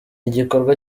igikorwa